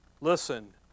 listen